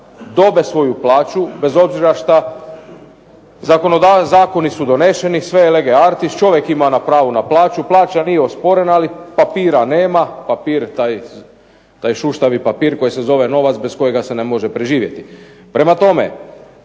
dobiju svoju plaću, bez obzira što zakoni su doneseni, sve je lege artis, čovjek ima pravo na plaću. Plaća nije osporena, ali papira nema, papir, taj šuštavi papir koji se zove novac, bez kojega se ne može preživjeti. Prema tome,